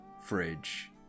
fridge